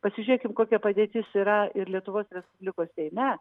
pasižiūrėkim kokia padėtis yra ir lietuvos respublikos seime